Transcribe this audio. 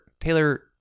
Taylor